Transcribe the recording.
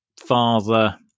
father